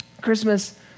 Christmas